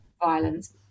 violence